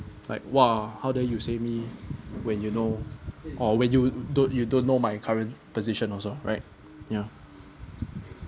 like !wah! how dare you say me when you know or when you don't you don't know my current position also right ya